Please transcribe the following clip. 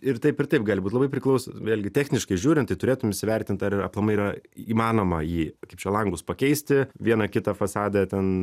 ir taip ir taip gali būt labai priklaus vėlgi techniškai žiūrint tai turėtum įsivertint ar ir aplamai yra įmanoma jį kaip čia langus pakeisti vieną kitą fasade ten